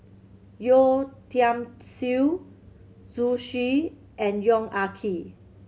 Yeo Tiam Siew Zhu Xu and Yong Ah Kee